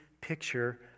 picture